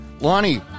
Lonnie